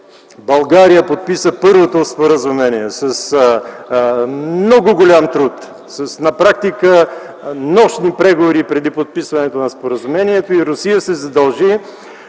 България подписа първото споразумение с много голям труд, с, на практика, нощни преговори преди подписването на споразумението и Русия се задължи